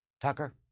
Tucker